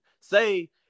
say